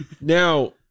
Now